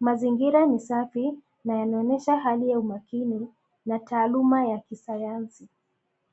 Mazingira ni safi na yanaonyesha hali ya umakini na taaluma ya kisayansi.